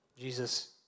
Jesus